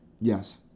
yes